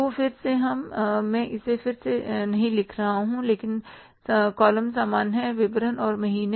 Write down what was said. तो फिर से हम मैं इसे फिर से नहीं लिख रहा हूं लेकिन कॉलम समान है विवरण और महीने